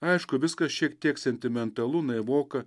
aišku viskas šiek tiek sentimentalu naivoka